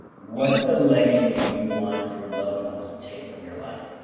what's the legacy you want your loved ones to take from your life?